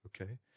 okay